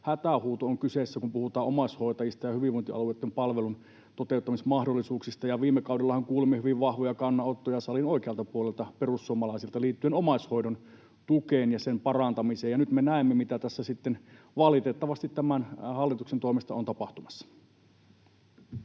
hätähuuto on kyseessä, kun puhutaan omaishoitajista ja hyvinvointialueitten palveluitten toteuttamismahdollisuuksista. Viime kaudellahan kuulimme hyvin vahvoja kannanottoja salin oikealta puolelta, perussuomalaisilta, liittyen omaishoidon tukeen ja sen parantamiseen, ja nyt me näemme, mitä tässä sitten valitettavasti tämän hallituksen toimesta on tapahtumassa.